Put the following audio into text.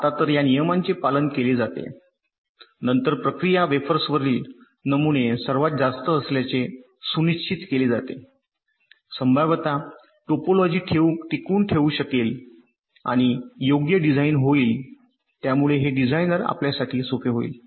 आता तर या नियमांचे पालन केले जाते नंतर प्रक्रिया वेफर्सवरील नमुने सर्वात जास्त असल्याचे सुनिश्चित केले जाते संभाव्यत टोपोलॉजीटिकवून ठेवू शकेल आणि योग्य डिझाइन होईल त्यामुळे हे डिझाइनर आपल्यासाठी सोपे होईल